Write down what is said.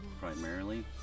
primarily